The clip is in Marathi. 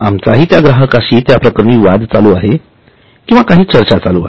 आमचाही त्या ग्राहकांशी त्या प्रकरणी वाद चालू आहे किंवा काही चर्चा चालू आहे